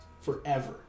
forever